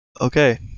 Okay